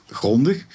grondig